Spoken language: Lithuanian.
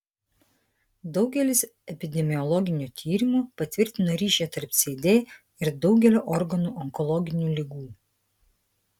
daugelis epidemiologinių tyrimų patvirtino ryšį tarp cd ir daugelio organų onkologinių ligų